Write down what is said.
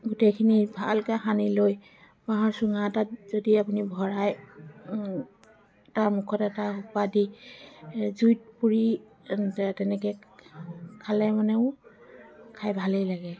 গোটেইখিনি ভালকৈ সানি লৈ বাঁহৰ চুঙা এটাত যদি আপুনি ভৰাই তাৰ মুখত এটা সোপা দি জুইত পুৰি তেনেকৈ খালে মানেও খাই ভালেই লাগে